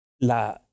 la